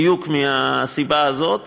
בדיוק מהסיבה הזאת.